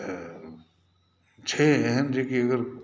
छै एहन जे